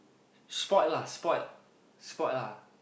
spoiled lah spoiled spoiled lah